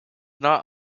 not